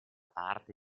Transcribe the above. parte